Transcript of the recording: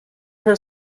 her